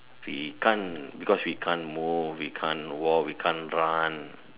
we can't because we can't move we can't walk we can't run